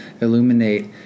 illuminate